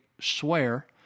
swear